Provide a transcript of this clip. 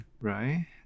right